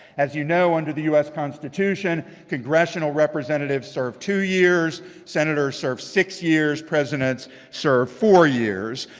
as you know under the u s. constitution congressional representatives serve two years, senators serve six years, presidents serve four years.